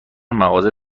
مغازه